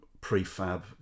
prefab